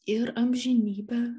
ir amžinybę